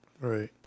Right